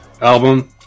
album